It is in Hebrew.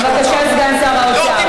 בבקשה, סגן שר האוצר.